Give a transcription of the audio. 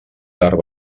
tard